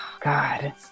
God